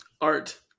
art